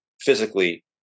physically